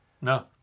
No